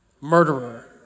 murderer